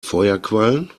feuerquallen